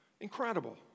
incredible